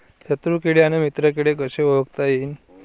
शत्रु किडे अन मित्र किडे कसे ओळखता येईन?